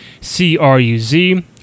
C-R-U-Z